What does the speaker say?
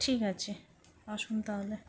ঠিক আছে অসুবিধা হলে